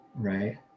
right